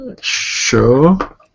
Sure